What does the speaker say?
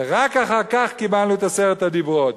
ורק אחר כך קיבלנו את עשרת הדיברות.